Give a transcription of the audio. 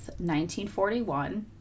1941